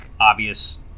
obvious